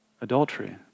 adultery